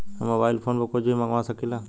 हम mobile phone पर कुछ भी मंगवा सकिला?